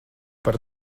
par